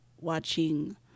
watching